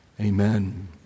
Amen